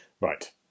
Right